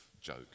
joke